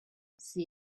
see